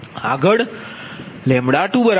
આ λ2 46